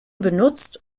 benutzt